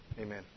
Amen